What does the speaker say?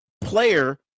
player